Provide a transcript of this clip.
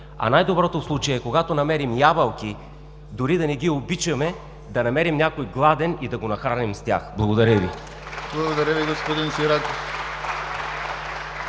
А най-доброто в случая е: когато намерим ябълки, дори да не ги обичаме, да намерим някой гладен и да го нахраним с тях. Благодаря Ви. (Ръкопляскания от